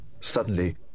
Suddenly